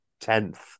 tenth